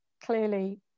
clearly